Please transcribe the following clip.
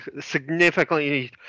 significantly